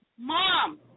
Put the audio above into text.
Mom